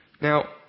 Now